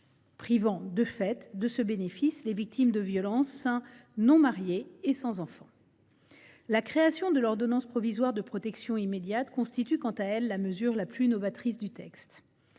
privant de fait de ce bénéfice les victimes de violences conjugales non mariées et sans enfant. La création de l’ordonnance provisoire de protection immédiate constitue quant à elle la mesure la plus novatrice du texte.